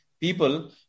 people